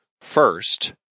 first